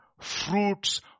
fruits